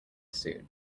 suit